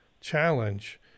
challenge